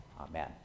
Amen